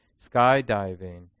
skydiving